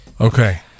Okay